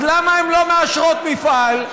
אז למה הן לא מאשרות מפעל?